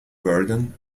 burdon